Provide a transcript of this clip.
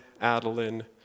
Adeline